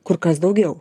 kur kas daugiau